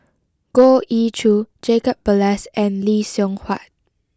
Goh Ee Choo Jacob Ballas and Lee Seng Huat